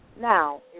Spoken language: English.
Now